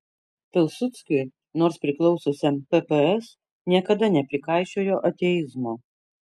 pilsudskiui nors priklausiusiam pps niekada neprikaišiojo ateizmo